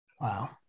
Wow